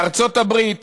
בארצות הברית